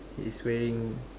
he is wearing